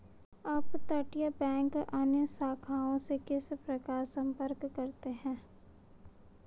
अपतटीय बैंक अन्य शाखाओं से किस प्रकार संपर्क करते हैं?